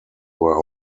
were